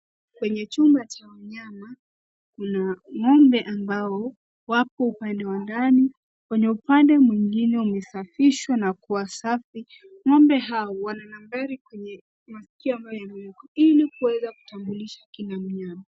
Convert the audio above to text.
Kwenye chumba cha wanyama kuna ng'ombe ambao wapo upande wa ndani, kwenye upande mwingine umesafishwa na kuwa safi.Ng'ombe hao wananambari kwenye masikio ambayo yamewekwa hili kuweza kutambulisha kila mnyama.